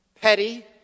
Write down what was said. petty